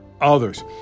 others